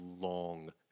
long